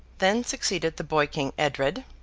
then succeeded the boy-king edred,